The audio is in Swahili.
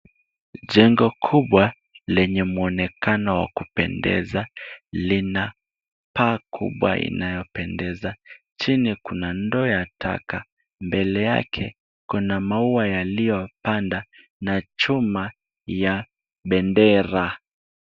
Jengo kubwa lenye mwonekano wa kupendeza lina paa kubwa inayopendeza. Chini kuna ndoo ya taka. Mbele yake kuna maua yaliyopanda na chuma ya bendera.